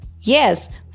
Yes